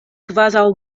kvazaŭ